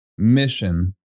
mission